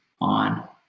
on